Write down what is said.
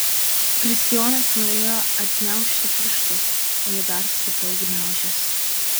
kristijonas norėjo atgniaužti pirštus o jie dar stipriau gniaužėsi